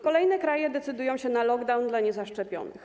Kolejne kraje decydują się na lockdown dla niezaszczepionych.